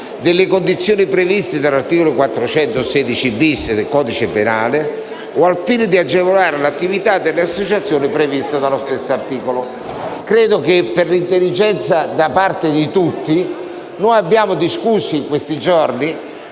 delle condizioni previste dall'articolo 416-*bis* del codice penale o al fine di agevolare l'attività delle associazioni previste dallo stesso articolo"». Credo che, per l'intelligenza da parte di tutti, abbiamo discusso in questi giorni